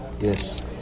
Yes